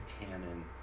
tannin